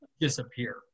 disappear